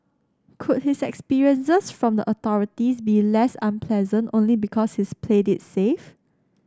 could his experiences from the authorities be less unpleasant only because he's played it safe